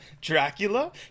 dracula